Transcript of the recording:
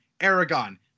Aragon